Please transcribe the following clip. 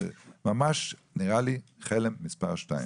זה ממש נראה לי כלם מספר שתיים.